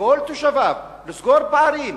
לכל תושביהם, לסגור פערים?